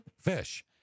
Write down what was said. fish